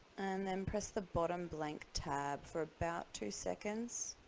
and then press the bottom blank tab for about two seconds